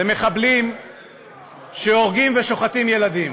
למחבלים שהורגים ושוחטים ילדים.